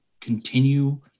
continue